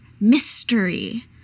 mystery